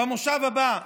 במושב הבא.